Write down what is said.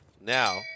now